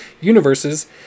universes